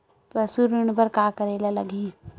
पशु ऋण बर का करे ला लगही?